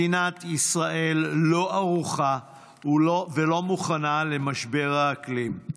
מדינת ישראל לא ערוכה ולא מוכנה למשבר האקלים.